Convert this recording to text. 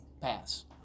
pass